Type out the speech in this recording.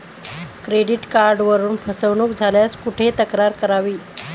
Credit कार्डवरून फसवणूक झाल्यास कुठे तक्रार करावी?